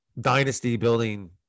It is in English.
dynasty-building